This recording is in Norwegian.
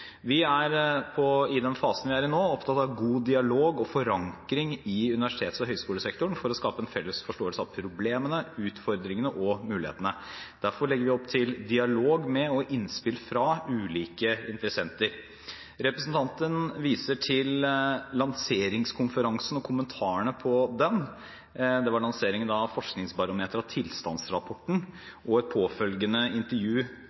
Vi er, i den fasen vi er i nå, opptatt av god dialog og forankring i universitets- og høyskolesektoren for å skape en felles forståelse av problemene, utfordringene og mulighetene. Derfor legger vi opp til dialog med og innspill fra ulike interessenter. Representanten Tingelstad Wøien viser til lanseringskonferansen og kommentarene på den – det var ved lanseringen av Forskningsbarometeret og Tilstandsrapporten og i et påfølgende intervju